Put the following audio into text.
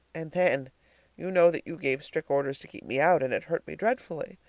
and then you know that you gave strict orders to keep me out and it hurt me dreadfully.